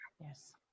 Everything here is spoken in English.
yes